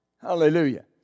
Hallelujah